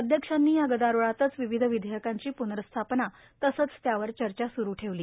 अध्यक्षांनी या गदारोळातच विविध विधेयकांची प्नर्स्थापना तसंच त्यावर चर्चा सुरू ठेवली